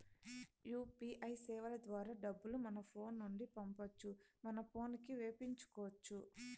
UPI సేవల ద్వారా డబ్బులు మన ఫోను నుండి పంపొచ్చు మన పోనుకి వేపించుకొచ్చు